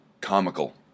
comical